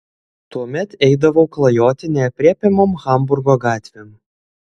tuomet eidavau klajoti neaprėpiamom hamburgo gatvėm